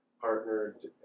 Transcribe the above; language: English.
partnered